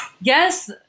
Yes